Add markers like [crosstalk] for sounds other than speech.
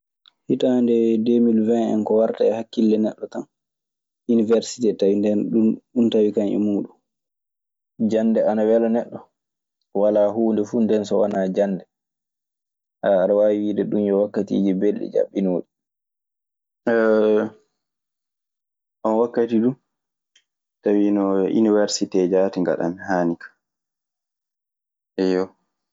Hitaande deemil wen, hen ko warta e hakkille neɗɗo tan, uniwersite tawi nden dun tawi kam e muuɗum. [hesitation] Oo wakkati du tawiino iniwersitee jaati ngaɗammi, haani ka. Eyyo.